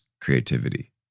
creativity